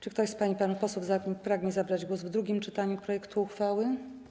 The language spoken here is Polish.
Czy ktoś z pań i panów posłów pragnie zabrać głos w drugim czytaniu projektu uchwały?